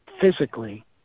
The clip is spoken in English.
physically